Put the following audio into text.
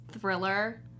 thriller